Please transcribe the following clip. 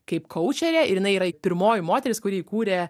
kaip kaučerė ir jinai yra pirmoji moteris kuri įkūrė